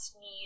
need